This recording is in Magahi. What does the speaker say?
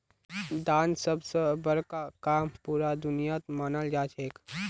दान सब स बड़का काम पूरा दुनियात मनाल जाछेक